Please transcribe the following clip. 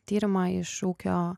tyrimą iš ūkio